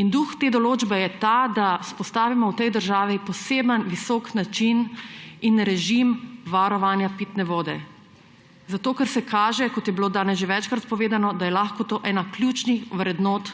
In duh te določbe je ta, da vzpostavimo v tej državi poseben, visok način in režim varovanja pitne vode. Zato ker se kaže, kot je bilo danes že večkrat povedano, da je lahko to ena ključnih vrednot